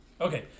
Okay